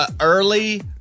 early